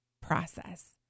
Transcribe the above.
process